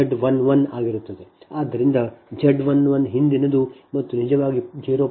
ಆದ್ದರಿಂದ Z 11 ಹಿಂದಿನದು ಅದು ನಿಜವಾಗಿ 0